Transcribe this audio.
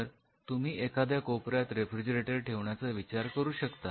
तर तुम्ही एखाद्या कोपऱ्यात रेफ्रिजरेटर ठेवण्याचा विचार करू शकता